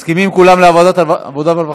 מסכימים כולם לעבודה ורווחה?